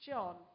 John